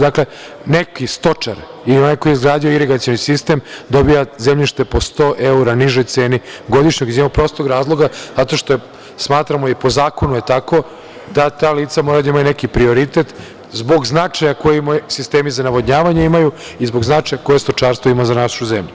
Dakle, neki stočar ili onaj koji je izgradio irigacioni sistem dobija zemljište po 100 evra nižoj ceni godišnje, iz prostog razloga zato što smatramo, a i po zakonu je tako, da ta lica moraju da imaju neki prioritet zbog značaja koji imaju sistemi za navodnjavanje i zbog značaja koje stočarstvo ima za našu zemlju.